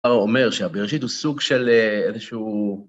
הוא אומר שהבראשית הוא סוג של איזשהו...